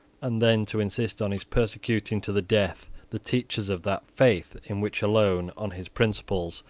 and then to insist on his persecuting to the death the teachers of that faith in which alone, on his principles,